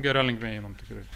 gera linkme einam tikrai